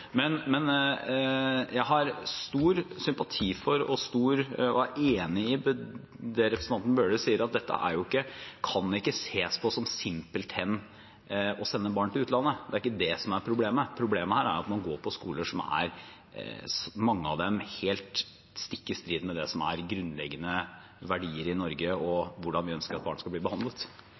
Men jeg har stor sympati for og er enig i det representanten Bøhler sier, at dette ikke kan ses på som simpelthen å sende barnet til utlandet. Det er ikke det som er problemet. Problemet her er at man går på skoler som, mange av dem, driver i strid med det som er grunnleggende verdier i Norge, og hvordan vi ønsker at barn skal bli behandlet.